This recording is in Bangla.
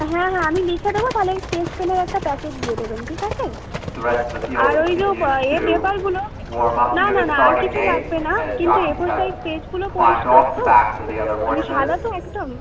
হ্যাঁ হ্যাঁ আমি লিখে দেবো তাহলে ঐ স্কেচ পেনের একটা প্যাকেট দিয়ে দেবেন ঠিক আছে আর ওই যো এ পেপারগুলো না না না আর কিছু লাগবে না কিন্তু এফোর সাইজ পেজগুলো পরিষ্কার তো মানে সাদা তো একদম